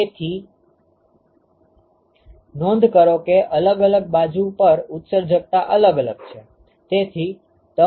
તેથી નોંધ કરો કે અલગ અલગ બાજુ પર ઉત્સર્જકતા અલગ અલગ છે